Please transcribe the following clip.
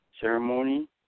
ceremony